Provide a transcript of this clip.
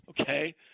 Okay